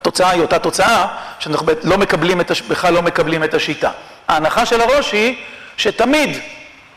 התוצאה היא אותה תוצאה, שאנחנו ב..לא מקבלים את ה..בכלל לא מקבלים את השיטה. ההנחה של הראש היא שתמיד...